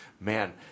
man